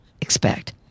expect